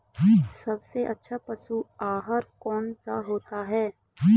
सबसे अच्छा पशु आहार कौन सा होता है?